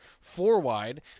four-wide